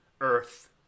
Earth